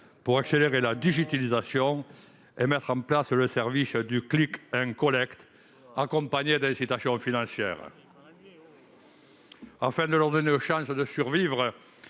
pour accélérer la digitalisation et mettre en place un service de, accompagné d'incitations financières. Afin de leur donner une chance de survivre